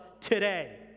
today